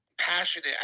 Passionate